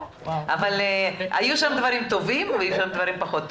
אבל היו שם דברים טובים והיו שם דברים פחות טובים.